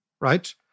right